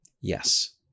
Yes